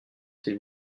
s’il